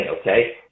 okay